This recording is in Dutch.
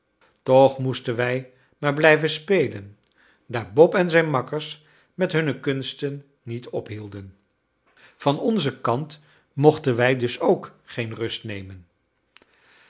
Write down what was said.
toch moesten wij maar blijven spelen daar bob en zijn makkers met hunne kunsten niet ophielden van onzen kant mochten wij dus ook geen lust nemen